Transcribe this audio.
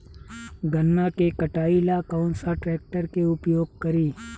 गन्ना के कटाई ला कौन सा ट्रैकटर के उपयोग करी?